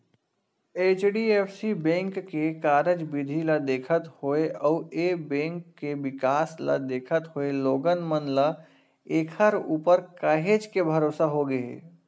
HDFC bank के कारज बिधि ल देखत होय अउ ए बेंक के बिकास ल देखत होय लोगन मन ल ऐखर ऊपर काहेच के भरोसा होगे हे